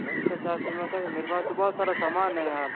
extra charge तो मगर मेरे पास तो बहुत सारा सामान है यार